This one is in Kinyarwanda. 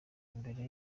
mbere